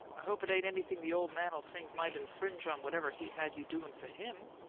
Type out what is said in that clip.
i hope it ain't anything the ole man'll think might infringe on whatever he had you doin' for him.